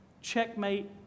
Checkmate